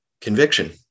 conviction